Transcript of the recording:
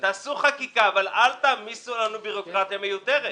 תעשו חקיקה אבל אל תעמיסו עלינו ביורוקרטיה מיותרת.